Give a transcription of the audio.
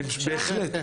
בהחלט.